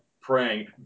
praying